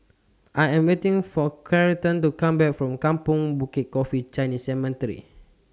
I Am waiting For Charlton to Come Back from Kampong Bukit Coffee Chinese Cemetery